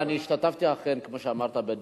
אכן, אני השתתפתי בדיון,